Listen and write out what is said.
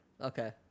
Okay